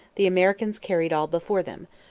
the americans carried all before them,